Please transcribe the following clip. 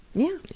yeah.